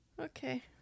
Okay